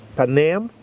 pan am,